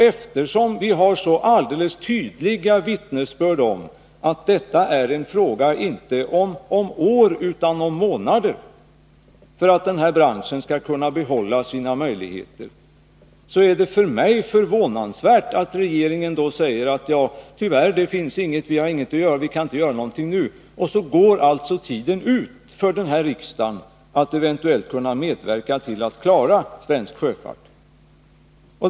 Eftersom vi har alldeles tydliga vittnesbörd om att det inte är fråga om år utan om månader, ifall den här branschen skall kunna ha kvar sina möjligheter, är det för mig förvånande att regeringen säger: Tyvärr finns det ingenting som vi kan göra nu. Så går alltså tiden ut för den här riksdagen när det gäller att eventuellt medverka till att klara svensk sjöfart.